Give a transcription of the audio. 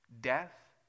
death